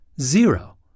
Zero